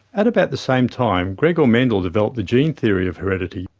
at about the same time, gregor mendel developed the gene theory of heredity,